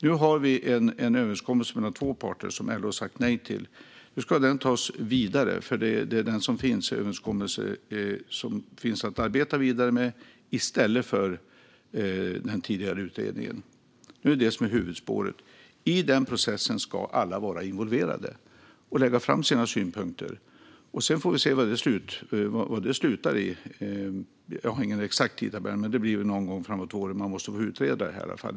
Nu har vi en överenskommelse mellan två parter som LO har sagt nej till. Det är den överenskommelse som finns att arbeta med, och nu ska den tas vidare i stället för den tidigare utredningen. Nu är detta huvudspåret. I den här processen ska alla vara involverade och lägga fram sina synpunkter, och sedan får vi se var det slutar. Jag har ingen exakt tidtabell, men det blir någon gång framåt våren. Man måste få utreda det.